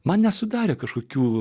man nesudarė kažkokių